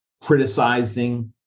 criticizing